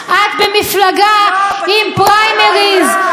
את במפלגה עם פריימריז,